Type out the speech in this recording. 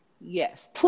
Yes